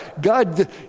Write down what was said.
God